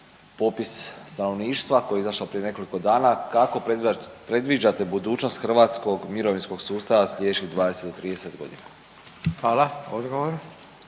popis stanovništva koji je izašao prije nekoliko dana kako predviđate budućnost hrvatskog mirovinskog sustava slijedećih 20 do 30 godina. **Radin,